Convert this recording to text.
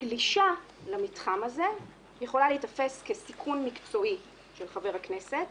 גלישה למתחם הזה יכולה להיתפס כסיכון מקצועי של חבר הכנסת,